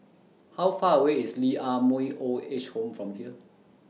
How Far away IS Lee Ah Mooi Old Age Home from here